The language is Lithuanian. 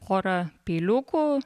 pora peiliukų